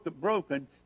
broken